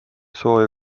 sooja